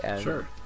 Sure